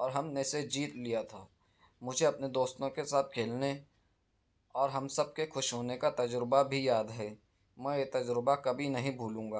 اور ہم نے اسے جیت لیا تھا مجھے اپنے دوستوں کے ساتھ کھیلنے اور ہم سب کے خوش ہونے کا تجربہ بھی یاد ہے میں یہ تجربہ کبھی نہیں بھولوں گا